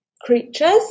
creatures